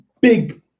big